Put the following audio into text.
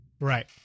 Right